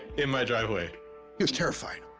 in my driveway he was terrified,